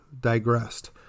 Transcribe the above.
digressed